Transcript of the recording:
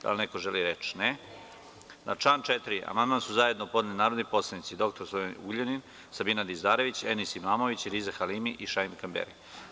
Da li neko želi reč? (Ne) Na član 4. amandman su zajedno podneli narodni poslanici dr Sulejman Ugljanin, Sabina Dazdarević, Enis Imamović, Riza Halimi i Šaip Kamberi.